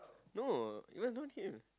no you guys known him